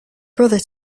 brother